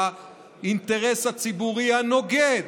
האינטרס הציבורי הנוגד,